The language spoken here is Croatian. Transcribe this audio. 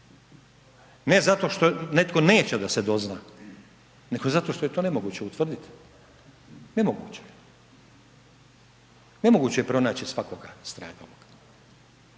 ne zato što netko neće da se dozna, nego zato što je to nemoguće utvrdit, nemoguće, nemoguće je pronaći svakoga stradaloga.